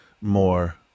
more